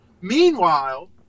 Meanwhile